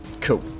Cool